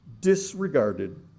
disregarded